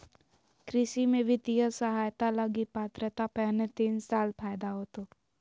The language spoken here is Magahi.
कृषि में वित्तीय सहायता लगी पात्रता पहले तीन साल फ़ायदा होतो